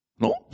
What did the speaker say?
No